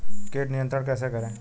कीट नियंत्रण कैसे करें?